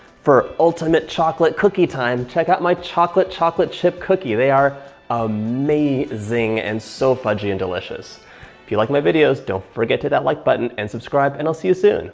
for ultimate chocolate cookie time check out my chocolate chocolate chip cookie. they are amazing and so fudgy and delicious. if you like my videos, don't forget to hit that like button and subscribe and i'll see you soon.